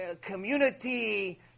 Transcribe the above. community